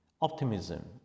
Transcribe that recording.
optimism